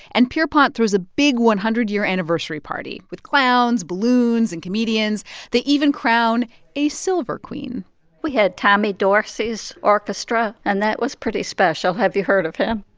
and pierrepont throws a big one hundred year anniversary party with clowns, balloons and comedians they even crown a silver queen we had tommy dorsey's orchestra. and that was pretty special. have you heard of him?